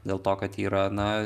dėl to kad yra na